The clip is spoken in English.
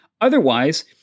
Otherwise